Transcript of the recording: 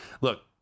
look